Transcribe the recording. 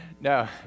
No